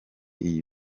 iyi